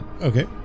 okay